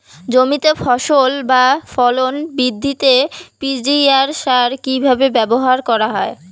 জমিতে ফসল বা ফলন বৃদ্ধিতে পি.জি.আর সার কীভাবে ব্যবহার করা হয়?